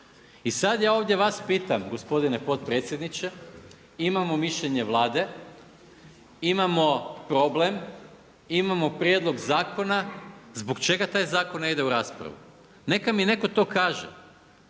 I sad ja ovdje vas pitam, gospodine potpredsjedniče, imamo mišljenje Vlade, imamo problem, imamo prijedlog zakona, zbog čega taj zakon ne ide u raspravu? Neka mi netko to kaže.